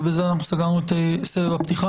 ובזה סגרנו את סבב הפתיחה,